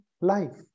life